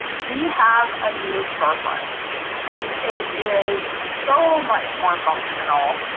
we have a new storefront and it is so much more functional.